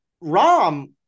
Rom